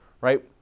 Right